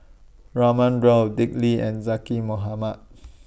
Raman Daud Dick Lee and Zaqy Mohamad